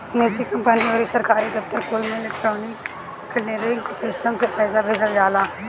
निजी कंपनी अउरी सरकारी दफ्तर कुल में इलेक्ट्रोनिक क्लीयरिंग सिस्टम से पईसा भेजल जाला